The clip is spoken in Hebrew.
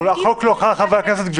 כל החוק הזה לא חל על חברי כנסת.